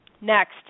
Next